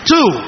Two